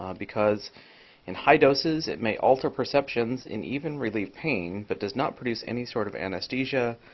um because in high doses it may alter perceptions and even relief pain, but does not produce any sort of anesthesia,